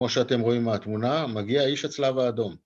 כמו שאתם רואים מהתמונה, מגיע האיש הצלב האדום.